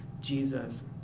Jesus